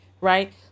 right